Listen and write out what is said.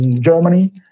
Germany